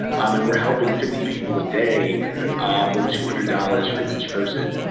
um and we're helping fifty people a day with two hundred dollars for each person.